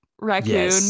raccoon